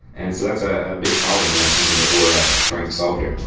and so that's ah a big problem and that's something that we're trying to solve here.